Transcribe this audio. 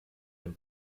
den